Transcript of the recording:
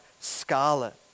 scarlet